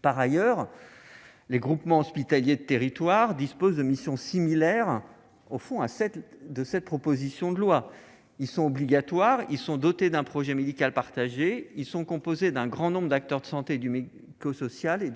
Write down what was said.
Par ailleurs, les groupements hospitaliers de territoire (GHT) disposent de missions similaires à celle que met en place cette proposition de loi. Obligatoires, ils sont dotés d'un projet médical partagé, ils sont composés d'un très grand nombre d'acteurs de la santé et du médico-social et